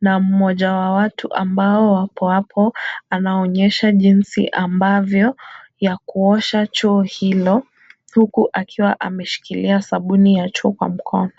na mmoja wa watu ambao wapi apo. Anaonyesha jinsi ambavyo ya kuosha choo hilo, huku akiwa ameshikilia sabuni ya chupa mkono.